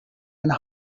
and